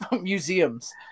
museums